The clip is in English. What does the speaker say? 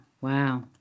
wow